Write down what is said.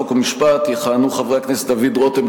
חוק ומשפט יכהנו חבר הכנסת דוד רותם,